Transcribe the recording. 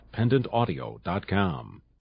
PendantAudio.com